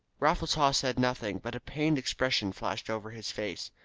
raffles haw said nothing, but a pained expression flashed over his face.